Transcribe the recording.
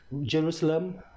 jerusalem